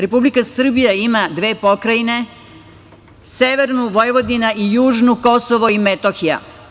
Republika Srbija ima dve pokrajine, severnu Vojvodinu i južnu Kosovo i Metohija.